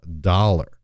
dollar